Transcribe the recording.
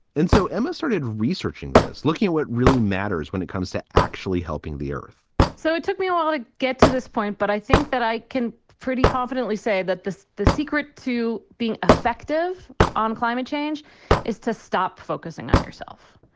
and so emma started researching this. looking at what really matters when it comes to actually helping the earth so it took me a while to get to this point, but i think that i can pretty confidently say that the secret to being effective on climate change is to stop focusing on yourself.